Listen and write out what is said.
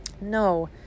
No